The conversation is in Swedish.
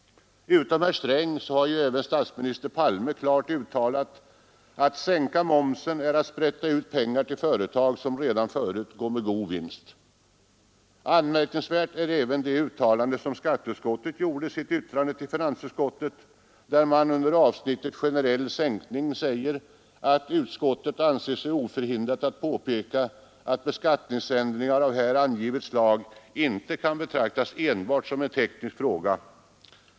Utom herr Sträng har även statsminister Palme klart uttalat att ”att sänka momsen är att sprätta ut pengar till företag, som redan förut går med god vinst”. Anmärkningsvärt är även det uttalande som skatteutskottet gjort i sitt yttrande till finansutskottet. I avsnittet Generell sänkning sägs att utskottet anser sig ”oförhindrat att påpeka att beskattningsändringar av här angivet slag ——— inte kan betraktas enbart som en rent teknisk fråga.